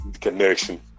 connection